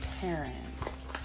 parents